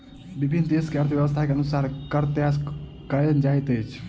विभिन्न देस मे अर्थव्यवस्था के अनुसार कर तय कयल जाइत अछि